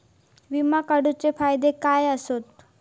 विमा काढूचे फायदे काय आसत?